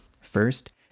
First